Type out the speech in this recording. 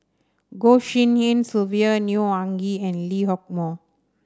Goh Tshin En Sylvia Neo Anngee and Lee Hock Moh